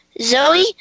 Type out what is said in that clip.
Zoe